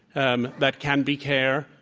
um that can be care,